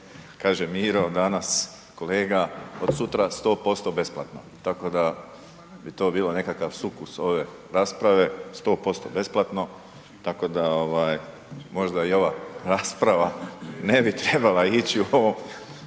kaže Miro danas, kolega, od sutra 100% besplatno, tako da bi to bilo nekakav sukus ove rasprave. 100% besplatno, tako da ovaj, možda i ova rasprava ne bi trebala ići u ovom